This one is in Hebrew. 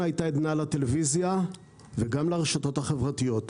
הייתה עדנה לטלוויזיה וגם לרשתות החברתיות.